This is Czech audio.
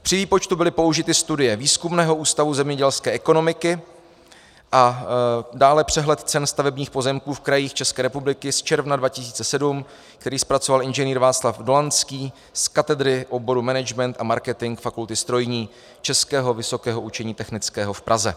Při výpočtu byly použity studie Výzkumného ústavu zemědělské ekonomiky a dále přehled cen stavebních pozemků v krajích České republiky z června 2007, který zpracoval inženýr Václav Dolanský z katedry oboru management a marketing Fakulty strojní Českého vysokého učení technického v Praze.